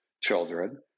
children